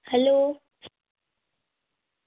hello